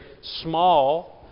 small